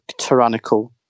tyrannical